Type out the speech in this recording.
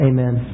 Amen